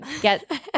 get